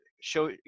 show